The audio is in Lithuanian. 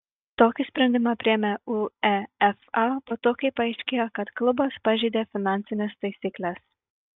tokį sprendimą priėmė uefa po to kai paaiškėjo kad klubas pažeidė finansines taisykles